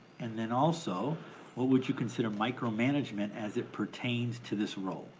and then also what would you consider micromanagement as it pertains to this role?